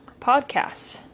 podcast